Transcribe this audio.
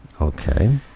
okay